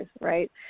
right